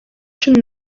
cumi